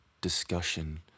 discussion